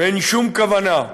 ואין שום כוונה,